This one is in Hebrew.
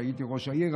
כשהייתי ראש העיר,